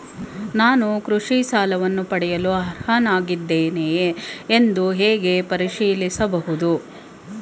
ನಾನು ಕೃಷಿ ಸಾಲವನ್ನು ಪಡೆಯಲು ಅರ್ಹನಾಗಿದ್ದೇನೆಯೇ ಎಂದು ಹೇಗೆ ಪರಿಶೀಲಿಸಬಹುದು?